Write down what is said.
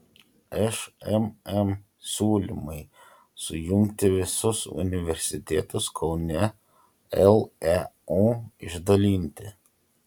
šmm siūlymai sujungti visus universitetus kaune leu išdalinti